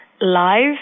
live